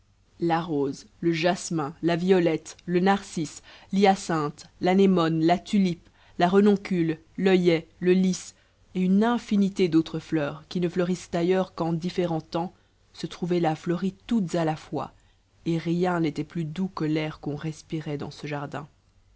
la rose le jasmin la violette le narcisse l'hyacinthe l'anémone la tulipe la renoncule l'oeillet le lis et une infinité d'autres fleurs qui ne fleurissent ailleurs qu'en différents temps se trouvaient là fleuries toutes à la fois et rien n'était plus doux que l'air qu'on respirait dans ce jardin